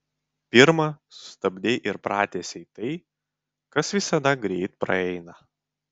pirma sustabdei ir pratęsei tai kas visada greit praeina